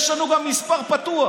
יש לנו גם מספר פתוח,